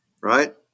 right